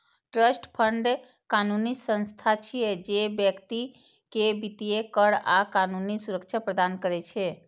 trust fund कानूनी संस्था छियै, जे व्यक्ति कें वित्तीय, कर आ कानूनी सुरक्षा प्रदान करै छै